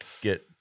get